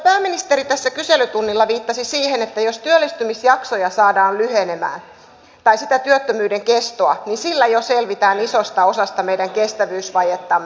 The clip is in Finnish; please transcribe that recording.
pääministeri tässä kyselytunnilla viittasi siihen että jos sitä työttömyyden kestoa saadaan lyhenemään niin sillä jo selvitään isosta osasta meidän kestävyysvajettamme